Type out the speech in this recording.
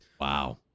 Wow